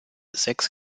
sechs